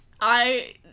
I-